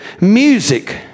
music